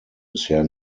bisher